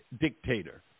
dictator